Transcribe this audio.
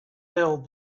build